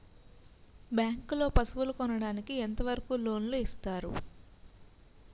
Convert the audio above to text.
Bank లో పశువుల కొనడానికి ఎంత వరకు లోన్ లు ఇస్తారు?